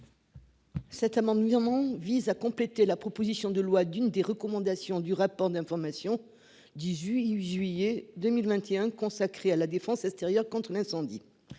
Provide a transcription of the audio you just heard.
Cet amendement durement vise à compléter la proposition de loi d'une des recommandations du rapport d'information. 18 juillet 2021 consacré à la défense extérieure contre l'incendie.